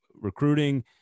recruiting